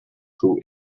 who